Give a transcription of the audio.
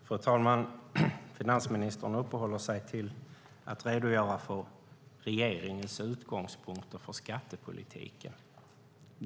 Fru talman! Finansministern uppehåller sig vid att redogöra för regeringens utgångspunkter för skattepolitiken.